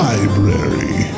Library